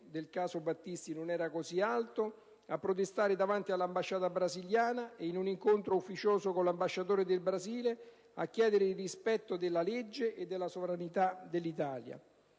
sul caso Battisti non era così alto, a protestare davanti all'ambasciata brasiliana e, in un incontro ufficioso con l'ambasciatore del Brasile, a chiedere il rispetto della legge e della sovranità dell'Italia.